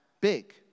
big